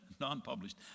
non-published